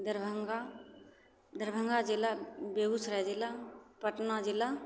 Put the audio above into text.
दरभंगा दरभंगा जिला बेगूसराय जिला पटना जिला